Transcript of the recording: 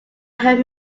help